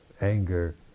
anger